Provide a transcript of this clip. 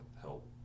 help